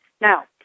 Now